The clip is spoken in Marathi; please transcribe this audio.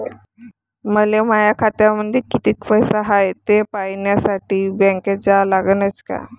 मले माया खात्यामंदी कितीक पैसा हाय थे पायन्यासाठी बँकेत जा लागनच का?